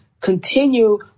continue